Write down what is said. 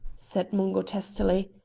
said mungo testily,